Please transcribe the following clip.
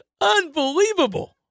Unbelievable